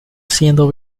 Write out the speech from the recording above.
siendo